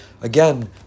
Again